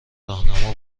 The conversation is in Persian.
راهنما